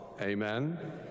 Amen